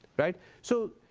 right? so,